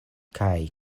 kaj